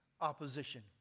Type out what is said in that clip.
opposition